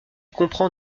comprend